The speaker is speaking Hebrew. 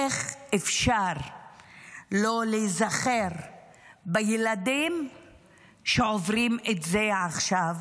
איך אפשר לא להיזכר בילדים שעוברים את זה עכשיו,